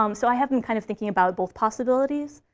um so i have been kind of thinking about both possibilities.